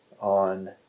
on